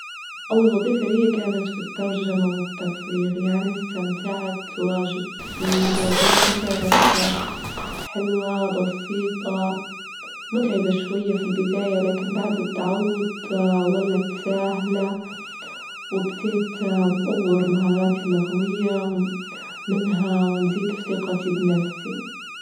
أول وظيفة لي كانت في الترجمة والتفريغ، يعني إستمتعت واجد في الوظيفة، كانت حلوة بسيطة، متعبة شوية في البداية لكن بعد التعود ولد ساهلة، وبديت نطور مهاراتي اللغوية منها ونزيد في ثقتي بنفسي.